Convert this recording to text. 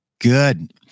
Good